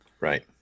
right